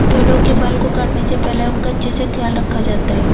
भेड़ों के बाल को काटने से पहले उनका अच्छे से ख्याल रखा जाता है